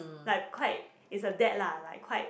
like quite is a dad lah like quite